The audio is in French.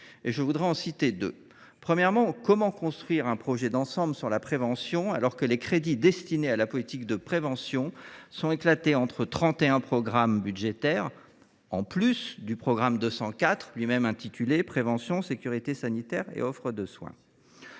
J’en citerai deux exemples. Premièrement, comment construire un projet de prévention d’ensemble quand les crédits destinés à la politique de prévention sont éclatés entre 31 programmes budgétaires, sans compter le programme 204, lui même intitulé « Prévention, sécurité sanitaire et offre de soins »